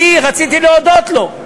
אני רציתי להודות לו.